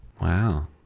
Wow